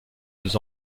deux